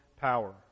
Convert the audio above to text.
power